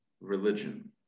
religion